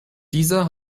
dieser